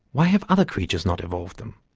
why have other creatures not evolved them?